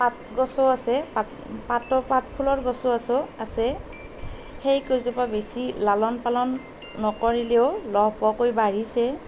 পাত গছো আছে পাত পাত পাত ফুলৰ গছো আছো আছে সেইকেইজোপা বেছি লালন পালন নকৰিলেও লহপহকৈ বাঢ়িছে